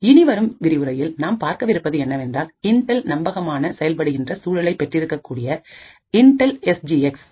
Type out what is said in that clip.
இனி வரும் விரிவுரையில் நாம் பார்க்கவிருப்பது என்னவென்றால் இன்டெல் நம்பகமான செயல்படுகின்ற சூழலை பெற்றிருக்கக் கூடிய இன்டெல் எஸ் ஜி எக்ஸ்Intel's SGX